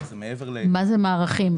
מה זה "מערכים"?